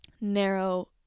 narrow